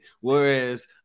Whereas